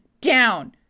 down